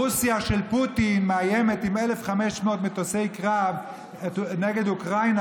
רוסיה של פוטין מאיימת עם 1,500 מטוסי קרב נגד אוקראינה,